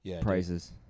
prices